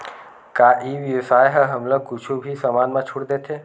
का ई व्यवसाय ह हमला कुछु भी समान मा छुट देथे?